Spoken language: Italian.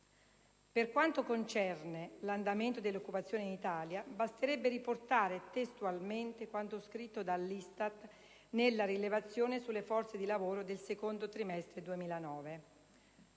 Per quanto concerne specificamente l'andamento dell'occupazione in Italia, basterebbe riportare testualmente quanto scritto dall'ISTAT nella rilevazione sulle forze di lavoro del secondo trimestre 2009: